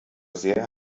sehr